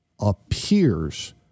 appears